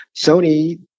sony